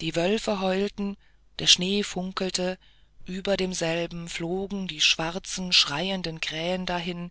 die wölfe heulten der schnee funkelte über demselben flogen die schwarzen schreienden krähen dahin